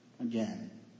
again